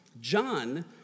John